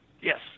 Yes